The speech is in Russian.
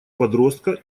подростка